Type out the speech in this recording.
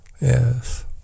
Yes